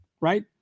right